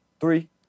Three